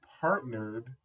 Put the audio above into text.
partnered